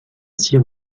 six